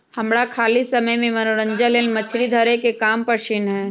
हमरा खाली समय में मनोरंजन लेल मछरी धरे के काम पसिन्न हय